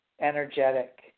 energetic